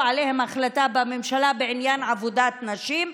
עליהן החלטה בממשלה בעניין עבודת נשים,